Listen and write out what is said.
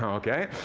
um okay?